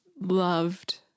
loved